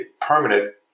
permanent